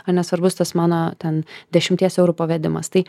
ar nesvarbus tas mano ten dešimties eurų pavedimas tai